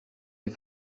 les